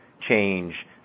change